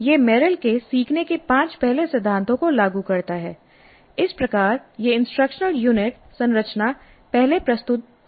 यह मेरिल के सीखने के पांच पहले सिद्धांतों को लागू करता है इस प्रकार यह इंस्ट्रक्शनल यूनिट संरचना पहले प्रस्तुत की गई थी